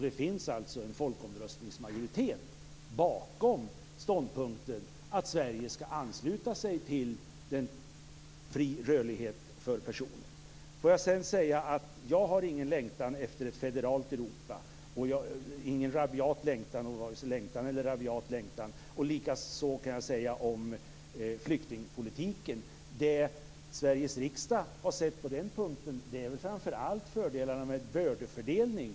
Det finns alltså en folkomröstningsmajoritet bakom ståndpunkten att Sverige skall ansluta sig till en fri rörlighet för personer. Jag har ingen rabiat längtan - jag har ingen längtan över huvud taget - efter ett federalt Europa. Vad gäller flyktingpolitiken kan jag säga att det Sveriges riksdag har sett på den punkten framför allt är fördelarna med en bördefördelning.